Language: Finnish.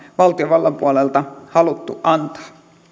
valtiovallan puolelta haluttu antaa